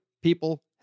people